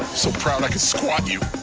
so proud i could squat you!